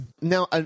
Now